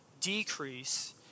decrease